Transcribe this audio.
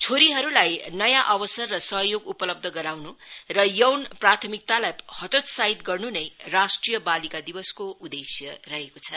छोरीहरूलाई नयाँ अवसर र सहयोग उपलब्ध गराउनु र यौन प्राथमिकतालाई हतोत्साहित गर्नु नै राष्ट्रिय बालिका दिवसको उद्देश्य रहेको छ